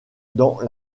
dans